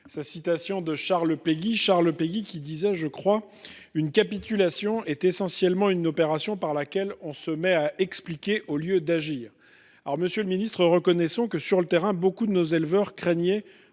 sa citation de Charles Péguy, qui écrivait aussi, me semble t il, qu’« une capitulation est essentiellement une opération par laquelle on se met à expliquer au lieu d’agir ». Monsieur le ministre, reconnaissons que, sur le terrain, beaucoup de nos éleveurs craignaient